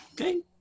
okay